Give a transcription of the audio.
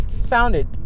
sounded